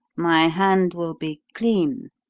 my hand will be clean,